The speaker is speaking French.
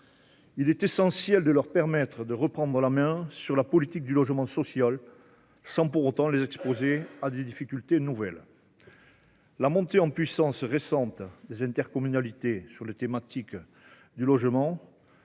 Il est essentiel de leur permettre de reprendre la main sur la politique du logement social, sans pour autant les exposer à des difficultés nouvelles. La montée en puissance récente des intercommunalités sur les thématiques du logement